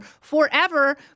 forever